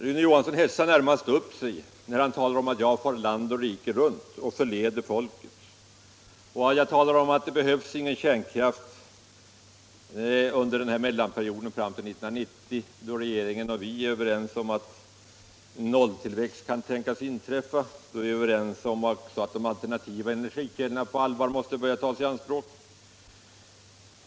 Rune Johansson hetsar närmast upp sig när han talar om att jag far land och rike runt och förleder folket och att jag hävdar att det inte behövs någon kärnkraft under mellanperioden fram till 1990, då regeringen och vi är överens om att nolltillväxt kan tänkas inträffa och då vi även är överens om att de alternativa energikällorna på allvar måste börja tas i anspråk.